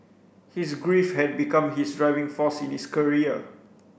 his grief had become his driving force in his career